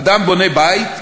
אדם בונה בית,